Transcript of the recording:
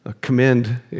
commend